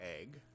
egg